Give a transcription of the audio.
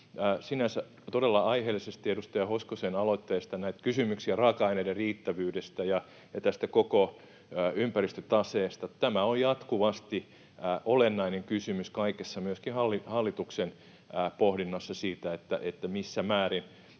todella aiheellisesti edustaja Hoskosen aloitteesta kysymyksiä raaka-aineiden riittävyydestä ja tästä koko ympäristötaseesta. Tämä on jatkuvasti olennainen kysymys kaikessa ja myöskin hallituksen pohdinnassa siitä, missä määrin